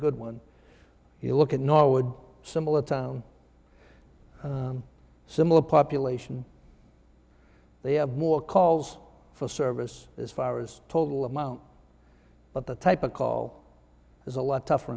good one you look at norwood similar to similar population they have more calls for service as far as total amount but the type of call is a lot tougher